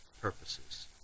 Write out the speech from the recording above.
purposes